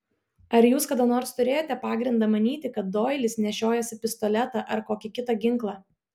ar jūs kada nors turėjote pagrindą manyti kad doilis nešiojasi pistoletą ar kokį kitą ginklą